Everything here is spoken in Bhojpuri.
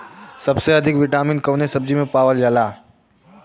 सबसे अधिक विटामिन कवने सब्जी में पावल जाला?